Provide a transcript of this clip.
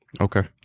Okay